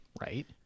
right